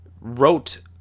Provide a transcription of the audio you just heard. wrote